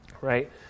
Right